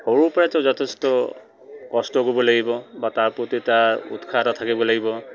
সৰুৰপৰাইতো যথেষ্ট কষ্ট কৰিব লাগিব বা তাৰ প্ৰতি তাৰ উৎসাহ এটা থাকিব লাগিব